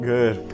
Good